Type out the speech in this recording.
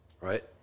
Right